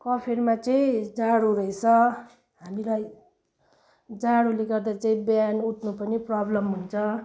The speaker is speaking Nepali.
कफेरमा चाहिँ जाडो रहेछ हामीलाई जाडोले गर्दा चाहिँ बिहान उठ्नु पनि प्रब्लम हुन्छ